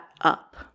up